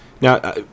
Now